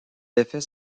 effets